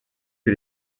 que